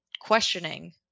questioning